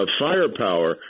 firepower